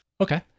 Okay